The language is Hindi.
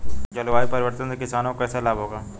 जलवायु परिवर्तन से किसानों को कैसे लाभ होगा?